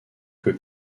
que